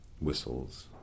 Whistles